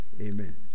amen